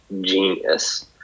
genius